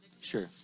Sure